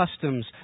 customs